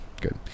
good